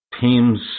teams